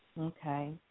Okay